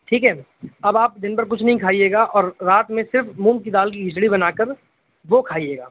ٹھیک ہے اب آپ دن بھر کچھ نہیں کھائیے گا اور رات میں صرف مونگ کی دال کی کھچڑی بنا کر وہ کھائیے گا